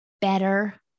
better